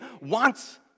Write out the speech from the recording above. wants